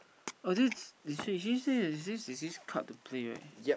oh this is she say there's this there's this card to play right